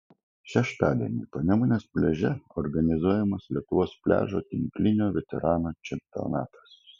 šeštadienį panemunės pliaže organizuojamas lietuvos pliažo tinklinio veteranų čempionatas